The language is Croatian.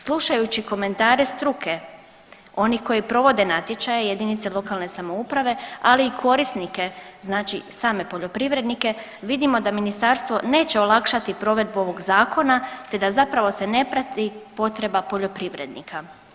Slušajući komentare struke, onih koji provode natječaje jedinice lokalne samouprave, ali i korisnike znači same poljoprivrednike vidimo da Ministarstvo neće olakšati provedbu ovoga Zakona te da zapravo se ne prati potreba poljoprivrednika.